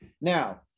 now